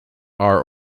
are